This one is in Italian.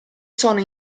sono